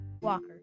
Walker